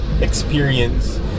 experience